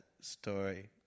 story